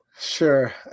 Sure